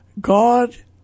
god